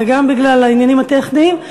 זה גם בגלל העניינים הטכניים,